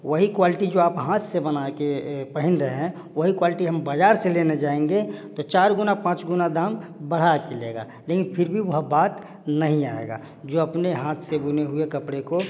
वही क्वालटी जो आप हाथ से बना के पहन रहे हैं वो ही क्वालटी हम बजार से लेने जाएँगे तो चार गुना पाँच गुना दाम बढ़ा के लेगा लेकिन फिर भी वह बात नहीं आएगा जो अपने हाथ से बुने हुए कपड़े को